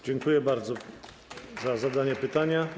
Dziękuję bardzo za zadanie pytania.